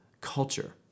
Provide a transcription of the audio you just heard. culture